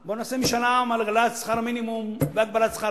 בוא נעשה משאל עם על העלאת שכר המינימום והגבלת שכר